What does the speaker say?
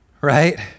right